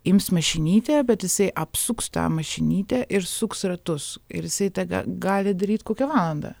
ims mašinytę bet jisai apsuks tą mašinytę ir suks ratus ir jisai tą ga gali daryt kokią valandą